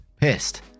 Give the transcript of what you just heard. pissed